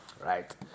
Right